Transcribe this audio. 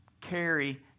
carry